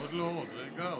עוד לא, עוד רגע.